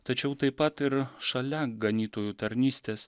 tačiau taip pat ir šalia ganytojų tarnystės